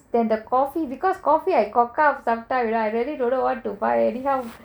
than the coffee because coffee I cock up sometimes I really don't know what to buy this [one]